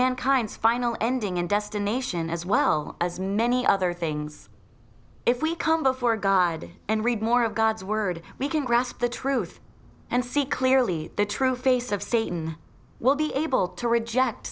mankind's final ending and destination as well as many other things if we come before god and read more of god's word we can grasp the truth and see clearly the true face of satan will be able to reject